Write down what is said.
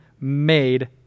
made